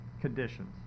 Conditions